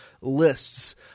lists